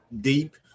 deep